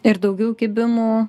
ir daugiau kibimų